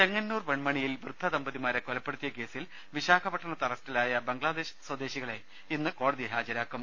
ചെങ്ങന്നൂർ വെൺമണിയിൽ വൃദ്ധ ദമ്പതിമാരെ കൊലപ്പെടുത്തിയ കേസിൽ വിശാഖപട്ടണത്തു അറസ്റ്റിലായ ബംഗ്ലാദേശ് സ്വദേശി കളെ ഇന്ന് കോടതിയിൽ ഹാജരാക്കും